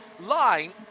line